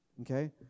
Okay